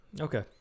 Okay